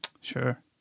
Sure